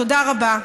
תודה רבה.